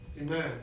Amen